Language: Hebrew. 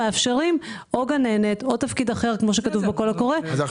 מאפשרים או גננת או תפקיד אחר כמו שכתוב בקול הקורא,